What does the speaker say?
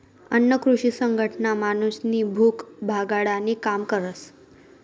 अन्न कृषी संघटना माणूसनी भूक भागाडानी काम करस